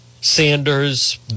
Sanders